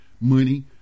money